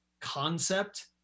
concept